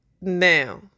Now